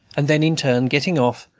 and then in turn getting off,